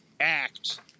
Act